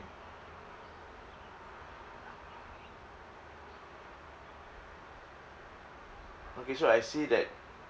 okay so I see that